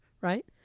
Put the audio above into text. right